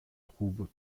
trouvent